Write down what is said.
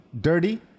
dirty